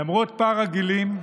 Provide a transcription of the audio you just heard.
למרות פער הגילים,